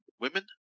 women